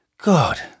God